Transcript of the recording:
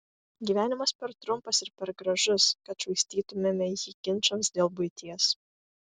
gyvenimas per trumpas ir per gražus kad švaistytumėme jį ginčams dėl buities